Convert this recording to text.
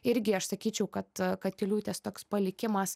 irgi aš sakyčiau kad katiliūtės toks palikimas